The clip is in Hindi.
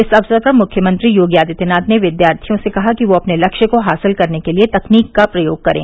इस अवसर पर मुख्यमंत्री योगी आदित्यनाथ ने विद्यार्थियों से कहा कि वह अपने लक्ष्य को हासिल करने के लिये तकनीक का प्रयोग करें